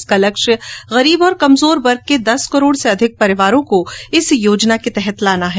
इसका लक्ष्य गरीब और कमजोर वर्ग के दस करोड़ से अधिक परिवारों को इस योजना के तहत लाना है